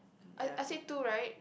I I said two right